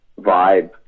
vibe